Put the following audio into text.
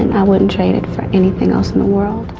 wouldn't trade it for anything else in the world.